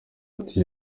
ati